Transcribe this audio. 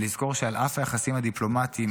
ולזכור שעל אף היחסים הדיפלומטיים,